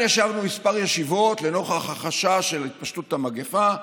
ישבנו כמה ישיבות, לנוכח החשש של התפשטות המגפה,